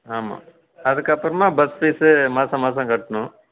ஆமாம் அதுக்கப்புறமா bus fees மாதம் மாதம் கட்டணும்